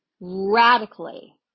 radically